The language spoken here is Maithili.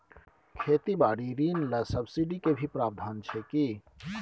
खेती बारी ऋण ले सब्सिडी के भी प्रावधान छै कि?